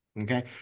okay